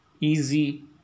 easy